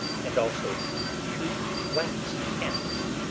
and also two wax candles,